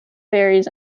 berries